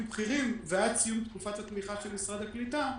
בכירים ועד סיום תקופת התמיכה של משרד הקליטה,